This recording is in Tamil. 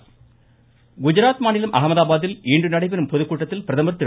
பிரதமர் குஜராத் குஜராத் மாநிலம் அஹமதாபாத்தில் இன்று நடைபெறும் பொதுக்கூட்டத்தில் பிரதமர் திரு